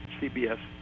CBS